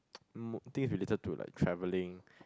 um I think if related to like travelling